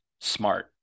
smart